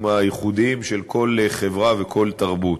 הייחודיים של כל חברה וכל תרבות.